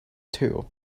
two